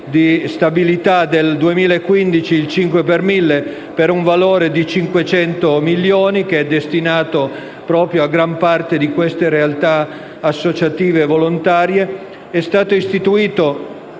stabilizzato il 5 per mille per un valore di 500 milioni, che è destinato proprio a gran parte di queste realtà associative e volontarie. Nel luglio